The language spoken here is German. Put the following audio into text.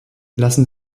lassen